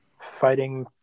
fighting